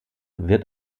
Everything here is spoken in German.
wird